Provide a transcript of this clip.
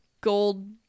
gold